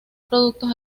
productos